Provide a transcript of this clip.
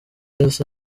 elsa